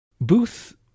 Booth